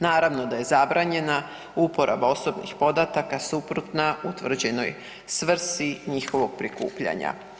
Naravno da je zabranjena uporaba osobnih podataka suprotna utvrđenoj svrsi njihov prikupljanja.